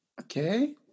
Okay